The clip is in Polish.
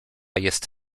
jest